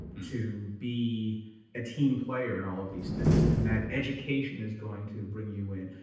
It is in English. to be a team player and all of these things and that education is going to bring you in.